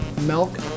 milk